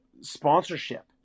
sponsorship